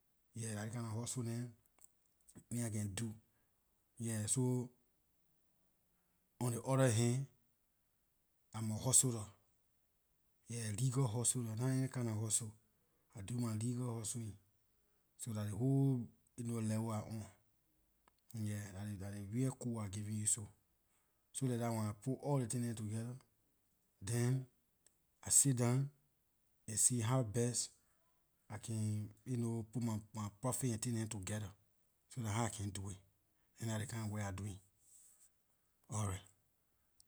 Yeah dah ley kinda hustle dem me I can do, yeah so, on ley other hand im a hustler, yeah legal hustler nah any kinda hustle. I do my legal hustling so dah ley whole level I on, yeah dah ley real code I giving you so like dah when I put all ley things dem together then I sit down and see how best I can you know put my profit and things dem together, so dah how I can do it and dah ley kinda work I doing, alright.